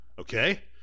Okay